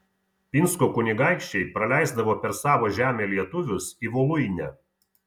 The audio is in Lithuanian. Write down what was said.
pinsko kunigaikščiai praleisdavo per savo žemę lietuvius į voluinę